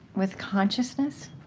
with consciousness.